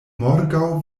morgaŭ